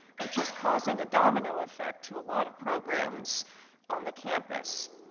which is causing a domino effect to a lot of programs on the campus.